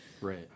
Right